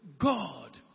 God